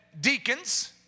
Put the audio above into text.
deacons